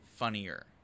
funnier